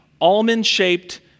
almond-shaped